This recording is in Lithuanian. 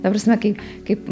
ta prasme kai kaip